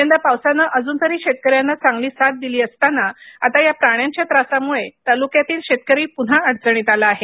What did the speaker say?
यंदा पावसानं अजून तरी शेतकऱ्यांना चांगली साथ दिली असताना आता या प्राण्यांच्या त्रासामुळे तालुक्यातील शेतकरी पून्हा अडचणीत आला आहे